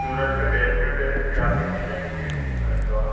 सूरत में बेस्ट में best graphic designing केरु सेखारींदो आहे